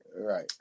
Right